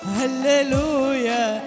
hallelujah